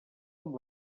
amb